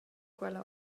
quella